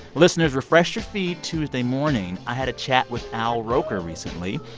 listeners, refresh your feed tuesday morning. i had a chat with al roker recently.